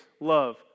love